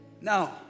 No